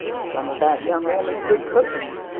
some of that young woman's good cooking,